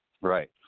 Right